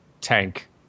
tank